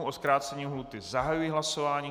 O zkrácení lhůty zahajuji hlasování.